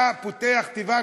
אתה פותח תיבת